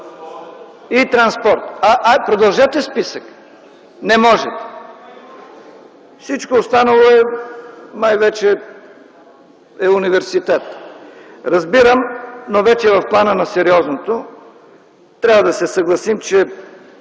И транспортното. Продължете списъка. Не можете. Всичко останало май вече е университет. Разбирам, но вече в плана на сериозното. Трябва да се съгласим, че